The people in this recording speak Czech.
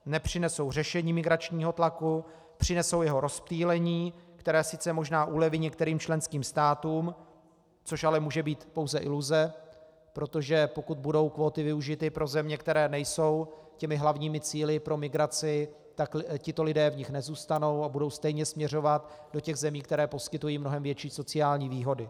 Nepřinesou řešení migračního tlaku, přinesou jeho rozptýlení, které sice možná uleví některým členským státům, což ale může být pouze iluze, protože pokud budou kvóty využity pro země, které nejsou hlavními cíli pro migraci, tak tito lidé v nich nezůstanou a budou stejně směřovat do zemí, které poskytují mnohem větší sociální výhody.